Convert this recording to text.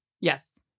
Yes